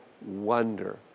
wonder